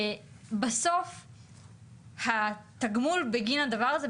בסוף התגמול בגין הדבר הזה,